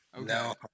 no